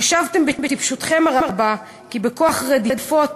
חשבתם בטיפשותכם הרבה כי בכוח רדיפות